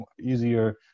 easier